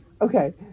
Okay